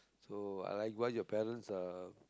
so I like what your parents are